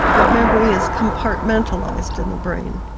that memory is compartmentalised in the brain.